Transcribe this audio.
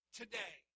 today